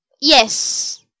Yes